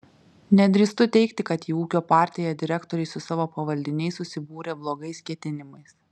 nedrįstu teigti kad į ūkio partiją direktoriai su savo pavaldiniais susibūrė blogais ketinimais